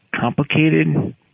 complicated